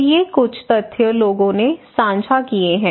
तो ये कुछ तथ्य लोगों ने साझा किए हैं